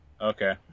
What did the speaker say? Okay